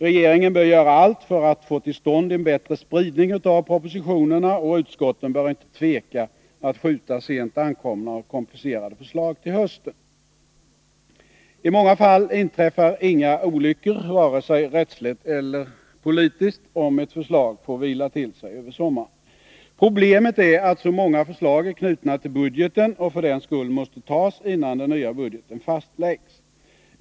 Regeringen bör göra allt för att få till stånd en bättre spridning av propositionerna, och utskotten bör inte tveka att skjuta sent ankomna och komplicerade förslag till hösten. I många fall inträffar inga olyckor vare sig rättsligt eller politiskt, om ett förslag får vila till sig över sommaren. Problemet är att så många förslag är knutna till budgeten och för den skull måste tas innan den nya budgeten fastläggs.